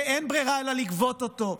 שאין ברירה אלא לגבות אותו,